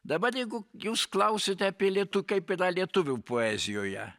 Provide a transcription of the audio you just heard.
dabar jeigu jūs klausiate apie lietuvių kaip yra lietuvių poezijoje